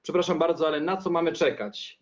Przepraszam bardzo, ale na co mamy czekać?